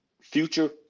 future